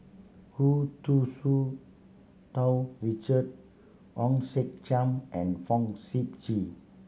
Hu Tsu Tau Richard Hong Sek Chern and Fong Sip Chee